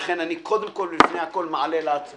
לכן אני קודם כול, לפני הכול, מעלה להצבעה.